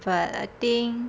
but I think